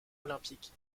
olympique